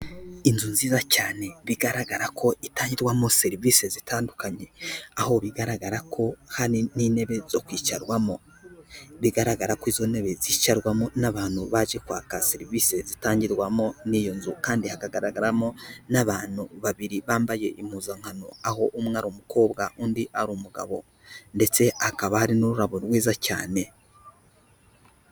Inzu nziza cyane bigaragara ko itangirwamo serivisi zitandukanye, aho bigaragara ko hari n'intebe zo kwicarwamo. Bigaragara kuri izo ntebe zicarwamo n'abantu baje kwaka serivisi zitangirwamo n'iyo nzu kandi hakagaragaramo n'abantu babiri bambaye impuzankano, aho umwe ari umukobwa, undi ari umugabo ndetse hakaba hari n'ururabo rwiza cyane.